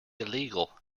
illegal